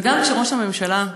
וגם ראש הממשלה,